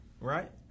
right